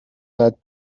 that